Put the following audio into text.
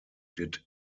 did